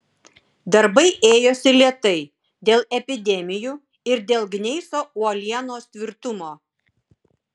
darbai ėjosi lėtai dėl epidemijų ir dėl gneiso uolienos tvirtumo